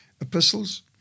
epistles